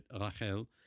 Rachel